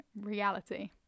reality